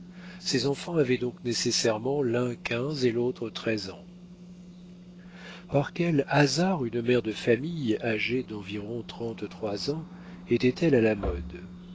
ses enfants avaient donc nécessairement l'un quinze et l'autre treize ans par quel hasard une mère de famille âgée d'environ trente-trois ans était-elle à la mode